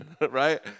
right